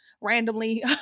randomly